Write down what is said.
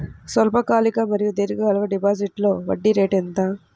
స్వల్పకాలిక మరియు దీర్ఘకాలిక డిపోజిట్స్లో వడ్డీ రేటు ఎంత?